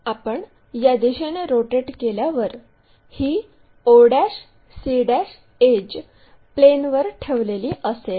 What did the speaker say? आपण या दिशेने रोटेट केल्यावर ही o c एड्ज प्लेनवर ठेवलेली असेल